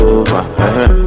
over